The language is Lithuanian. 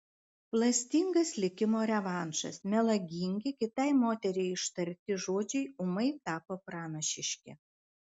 klastingas likimo revanšas melagingi kitai moteriai ištarti žodžiai ūmai tapo pranašiški